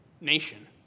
nation